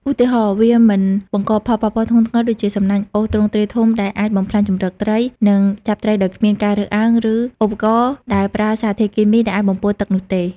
ឧទាហរណ៍ វាមិនបង្កផលប៉ះពាល់ធ្ងន់ធ្ងរដូចជាសំណាញ់អូសទ្រង់ទ្រាយធំដែលអាចបំផ្លាញជម្រកត្រី និងចាប់ត្រីដោយគ្មានការរើសអើង ឬឧបករណ៍ដែលប្រើសារធាតុគីមីដែលអាចបំពុលទឹកនោះទេ។